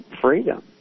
freedom